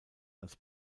als